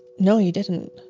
no, you didn't,